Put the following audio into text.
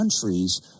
countries